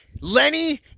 Lenny